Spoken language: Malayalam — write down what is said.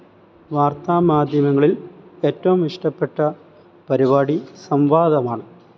വാര്ത്ത മാധ്യമങ്ങളില് ഏറ്റവും ഇഷ്ടപ്പെട്ട പരിപാടി സംവാദമാണ്